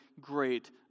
great